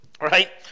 Right